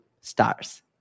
stars